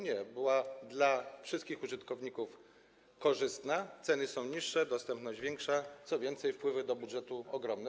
Nie, była dla wszystkich użytkowników korzystna, ceny są niższe, dostępność jest większa, co więcej, wpływy do budżetu są ogromne.